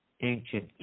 ancient